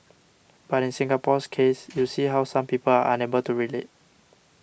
but in Singapore's case you see how some people are unable to relate